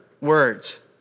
words